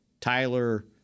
Tyler